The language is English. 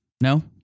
no